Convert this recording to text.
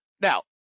Now